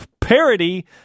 parody